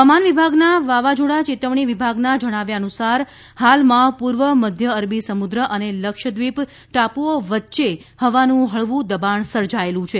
હવામાન વિભાગના વાવાઝોડા ચેતવણી વિભાગના જણાવ્યા અનુસાર હાલમાં પૂર્વ મધ્ય અરબી સમુદ્ર અને લક્ષદ્વિપ ટાપુઓ વચ્ચે હવાનું હળવું દબાણ સર્જાયેલું છે